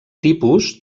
tipus